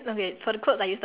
then he say then